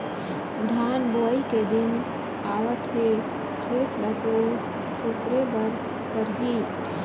धान बोवई के दिन आवत हे खेत ल तो कोपरे बर परही